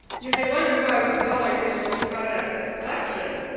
you may wonder why we call our digital product a collection.